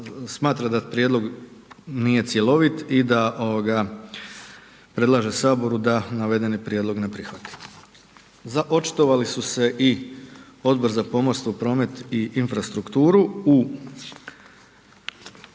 da prijedlog nije cjelovit i da predlaže Saboru da navedeni prijedlog ne prihvati. Očitovali su se i Odbor za pomorstvo, promet i infrastrukturu u